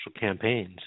campaigns